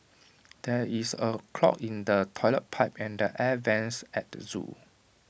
there is A clog in the Toilet Pipe and the air Vents at the Zoo